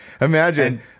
Imagine